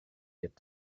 adept